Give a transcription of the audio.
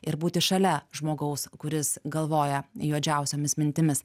ir būti šalia žmogaus kuris galvoja juodžiausiomis mintimis